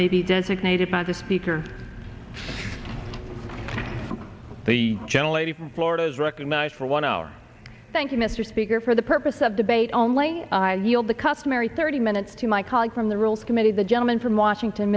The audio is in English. may be designated by the speaker the gentle lady from florida is recognized for one hour thank you mr speaker for the purpose of debate only yield the customary thirty minutes to my colleague from the rules committee the gentleman from washington